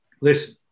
Listen